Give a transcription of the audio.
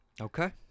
Okay